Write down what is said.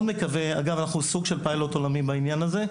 אגב, אנחנו סוג של פיילוט עולמי בעניין הזה.